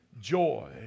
joy